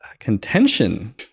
contention